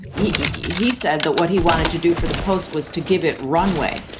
e, he said that what he wanted to do for the post was to give it runway.